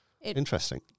interesting